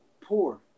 poor